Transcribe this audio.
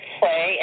play